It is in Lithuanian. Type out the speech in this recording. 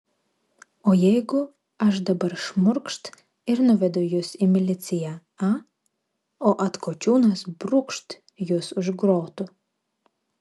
o jeigu aš dabar šmurkšt ir nuvedu jus į miliciją a o atkočiūnas brūkšt jus už grotų